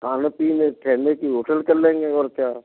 खाने पीने ठहरने के लिए होटल कर लेंगे और क्या